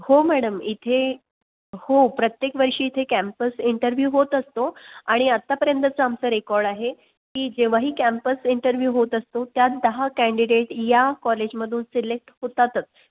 हो मॅडम इथे हो प्रत्येक वर्षी इथे कॅम्पस इंटरव्ह्यू होत असतो आणि आत्तापर्यंतचा आमचा रेकॉर्ड आहे की जेव्हाही कॅम्पस इंटरव्ह्यू होत असतो त्यात दहा कँडिडेट या कॉलेजमधून सिलेक्ट होतातच